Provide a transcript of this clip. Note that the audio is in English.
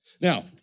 Now